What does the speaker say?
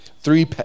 Three